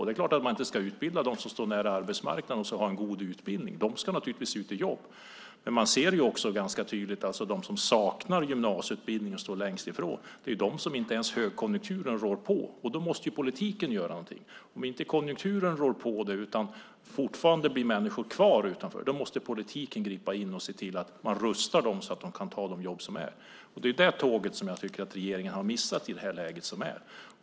Det är klart att man inte ska utbilda dem som står nära arbetsmarknaden och som har en god utbildning. De ska naturligtvis ut i jobb. Men man ser också ganska tydligt att det är de som saknar gymnasieutbildning och som står längst från arbetsmarknaden som inte ens högkonjunkturen rår på. Då måste politiken göra någonting. Om inte konjunkturen rår på detta och människor fortsätter att stå utanför arbetsmarknaden, då måste politiken gripa in och se till att man rustar dessa människor så att de kan ta de jobb som finns. Det är detta tåg som jag tycker att regeringen har missat i detta läge.